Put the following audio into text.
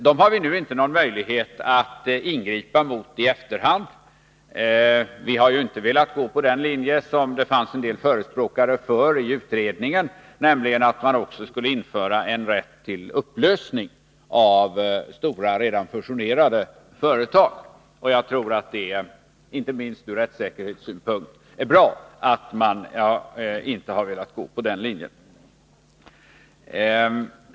Vi har emellertid inte någon möjlighet att i efterhand ingripa mot dessa, eftersom vi ju inte velat följa den linje som en del förespråkade i utredningen, nämligen att man också skulle införa en rätt till upplösning av stora, redan fusionerade företag. Jag tror att det, inte minst ur rättssäkerhetssynpunkt, är bra att man inte har velat ansluta sig till den linjen.